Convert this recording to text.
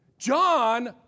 John